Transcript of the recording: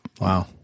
Wow